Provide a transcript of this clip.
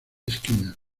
esquinas